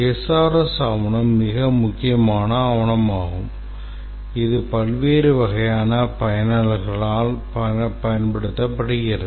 SRS ஆவணம் மிக முக்கியமான ஆவணமாகும் இது பல்வேறு வகையான பயனர்களால் பயன்படுத்தப்படுகிறது